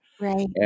Right